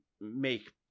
make